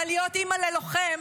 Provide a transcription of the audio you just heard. אבל ללהיות אימא ללוחם